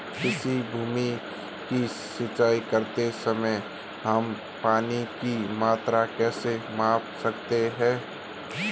किसी भूमि की सिंचाई करते समय हम पानी की मात्रा कैसे माप सकते हैं?